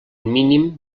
mínim